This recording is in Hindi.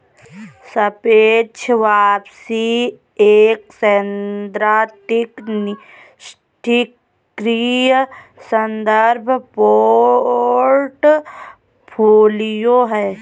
सापेक्ष वापसी एक सैद्धांतिक निष्क्रिय संदर्भ पोर्टफोलियो है